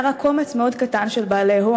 ראשית, כמובן, לברך על הקמתה של הוועדה.